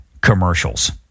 commercials